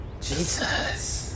Jesus